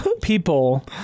people